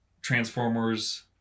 Transformers